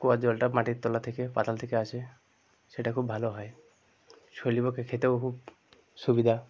কুয়া জলটা মাটির তলা থেকে পাতাল থেকে আসে সেটা খুব ভালো হয় শরীরের পক্ষে খেতেও খুব সুবিধা